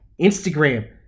Instagram